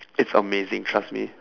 it's amazing trust me